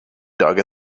dug